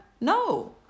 No